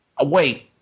Wait